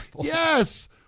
yes